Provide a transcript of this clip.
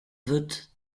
wird